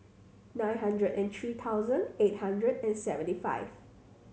nine hundred and three thousand eight hundred and seventy five